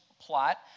plot